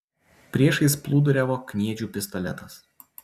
priešais plūduriavo kniedžių pistoletas